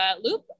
loop